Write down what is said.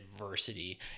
adversity